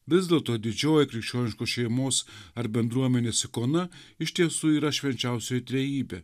vis dėlto didžioji krikščioniškos šeimos ar bendruomenės ikona iš tiesų yra švenčiausioji trejybė